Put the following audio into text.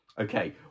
Okay